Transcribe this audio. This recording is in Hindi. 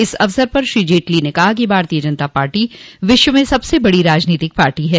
इस अवसर पर श्री जेटली ने कहा कि भारतीय जनता पार्टी विश्व में सबसे बड़ी राजनीतिक पार्टी है